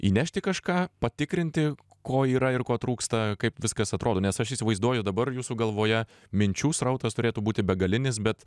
įnešti kažką patikrinti ko yra ir ko trūksta kaip viskas atrodo nes aš įsivaizduoju dabar jūsų galvoje minčių srautas turėtų būti begalinis bet